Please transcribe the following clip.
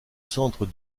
centre